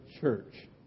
church